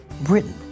Britain